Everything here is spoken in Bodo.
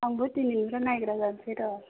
आंबो दिनैनिफ्राय नायग्रा जानोसै र'